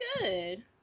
good